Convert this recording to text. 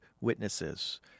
witnesses